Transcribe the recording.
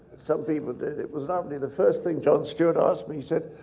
some people did. it was lovely. the first thing jon stewart asked me, he said,